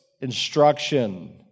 Instruction